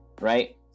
right